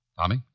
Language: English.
Tommy